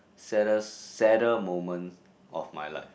saddest sadder moment of my life